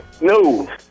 No